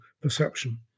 perception